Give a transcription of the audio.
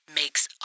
makes